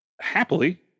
happily